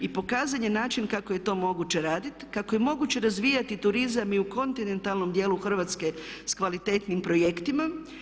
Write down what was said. I pokazan je način kako je to moguće raditi, kako je moguće razvijati turizam i u kontinentalnom dijelu Hrvatske s kvalitetnim projektima.